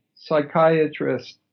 Psychiatrist